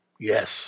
Yes